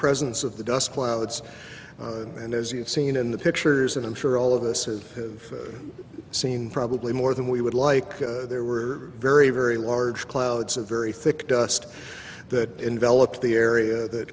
presence of the dust clouds and as you've seen in the pictures and i'm sure all of this is who've seen probably more than we would like there were very very large clouds of very thick dust that envelop the area that